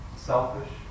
Selfish